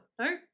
no